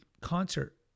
concert